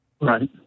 Right